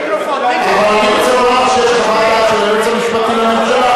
אבל אני רוצה לומר לך שיש חוות דעת של היועץ המשפטי לממשלה,